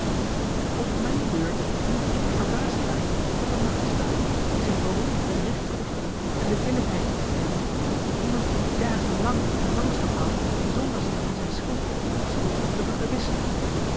op mijne beurt moet ik verbaasd staan dat een magistraat die zich beroemt het recht te oefenen en de billijkheid lief te hebben iemand drie dagen lang in gevangenschap houdt zonder zich van zijne schuld of onschuld te